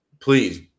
please